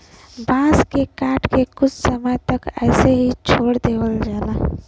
बांस के काट के कुछ समय तक ऐसे ही छोड़ देवल जाला